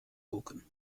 gucken